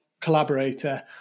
collaborator